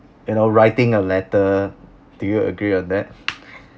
you know writing a letter do you agree on that